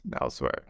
elsewhere